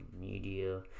media